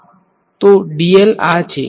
તે નોર્મલ છે